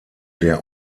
der